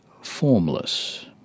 Formless